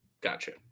gotcha